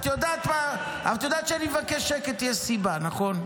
את יודעת שכשאני מבקש שקט יש סיבה, נכון?